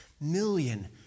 million